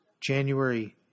January